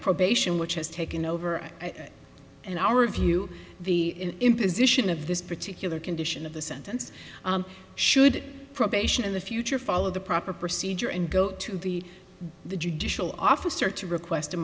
probation which has taken over in our view the imposition of this particular condition of the sentence should probation in the future follow the proper procedure and go to the the judicial officer to request